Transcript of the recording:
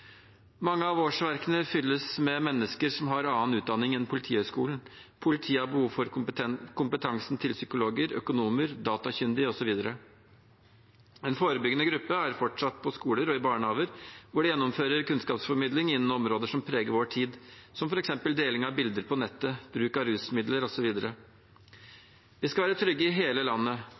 Mange av årsverkene fylles med mennesker som har annen utdanning enn Politihøgskolen. Politiet har behov for kompetansen til psykologer, økonomer, datakyndige osv. En forebyggende gruppe er fortsatt på skoler og i barnehager, hvor de gjennomfører kunnskapsformidling innen områder som preger vår tid, som f.eks. deling av bilder på nettet, bruk av rusmidler osv. Vi skal være trygge i hele landet.